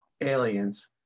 aliens